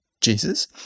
Jesus